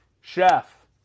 Chef